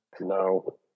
No